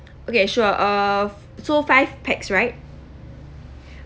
okay sure uh so five pax right